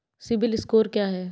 CIBIL score क्या है?